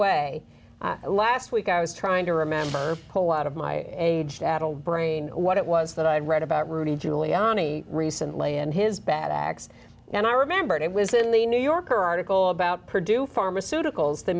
way last week i was trying to remember whole lot of my age addled brain what it was that i had read about rudy giuliani recently and his bad acts and i remembered it was in the new yorker article about purdue pharmaceuticals the